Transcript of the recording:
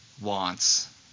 wants